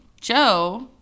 Joe